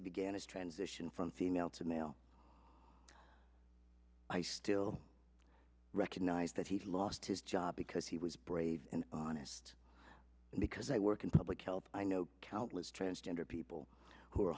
he began his transition from female to male i still recognize that he lost his job because he was brave and honest and because i work in public health i know countless transgender people who are